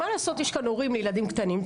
מה לעשות, יש כאן הורים לילדים קטנים.